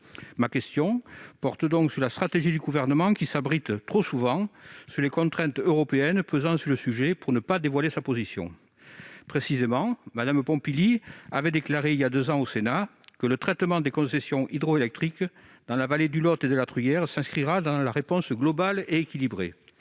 Ma question porte donc sur la stratégie du Gouvernement, qui s'abrite, trop souvent, derrière les contraintes européennes pesant sur le projet pour ne pas dévoiler sa position. Pour être plus précis, Mme Pompili avait déclaré, il y a deux ans, au Sénat, que « le traitement des concessions hydroélectriques dans la vallée du Lot et de la Truyère s'inscrira dans la réponse globale et équilibrée